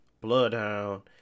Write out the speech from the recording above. bloodhound